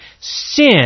sin